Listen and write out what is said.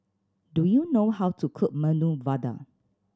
do you know how to cook Medu Vada